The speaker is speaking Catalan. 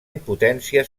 impotència